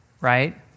right